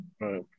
right